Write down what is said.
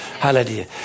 Hallelujah